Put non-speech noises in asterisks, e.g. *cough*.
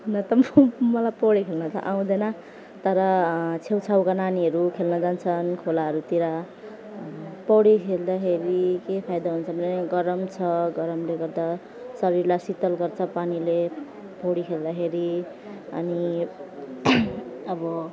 मलाई त *unintelligible* मलाई पौडी खेल्न त आउँदैन तर छेउछाउका नानीहरू खेल्न जान्छन् खोलाहरूतिर पौडी खेल्दाखेरि के फाइदा हुन्छ भने गरम छ गरमले गर्दा शरीरलाई शीतल गर्छ पानीले पौडी खेल्दाखेरि अनि अब